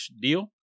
deal